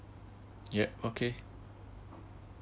yeah okay